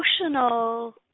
Emotional